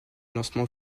lancement